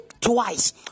twice